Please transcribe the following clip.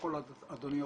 שוקולד אדוני אוכל?